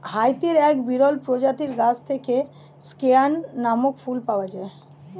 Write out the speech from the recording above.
হাইতির এক বিরল প্রজাতির গাছ থেকে স্কেয়ান নামক ফুল পাওয়া যায়